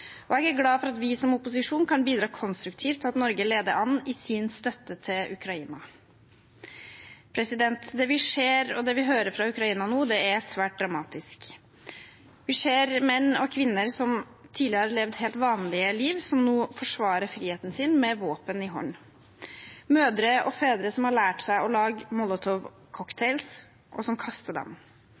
og jeg er glad for at vi som opposisjon kan bidra konstruktivt til at Norge leder an i sin støtte til Ukraina. Det vi ser og hører fra Ukraina nå, er svært dramatisk. Vi ser menn og kvinner som tidligere levde et helt vanlig liv, som nå forsvarer friheten sin med våpen i hånd. Vi ser mødre og fedre som har lært seg å lage molotovcocktails – og som kaster dem